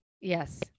Yes